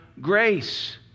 grace